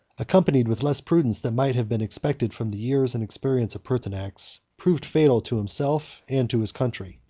accompanied with less prudence than might have been expected from the years and experience of pertinax, proved fatal to himself and to his country.